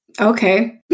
okay